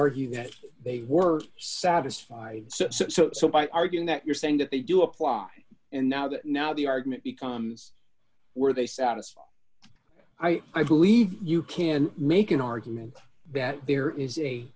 argue that they were satisfied so so so by arguing that you're saying that they do apply and now that now the argument becomes were they satisfied i believe you can make an argument that there is a